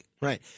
right